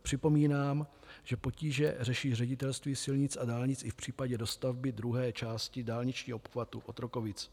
Připomínám, že potíže řeší Ředitelství silnic a dálnic i v případě dostavby druhé části dálničního obchvatu Otrokovic.